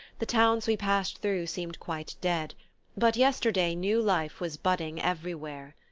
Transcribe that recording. the towns we passed through seemed quite dead but yesterday new life was budding everywhere.